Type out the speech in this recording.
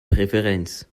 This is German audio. präferenz